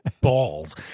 balls